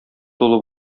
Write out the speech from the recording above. тулы